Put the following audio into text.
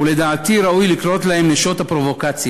ולדעתי ראוי לקרוא להן נשות הפרובוקציה,